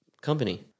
company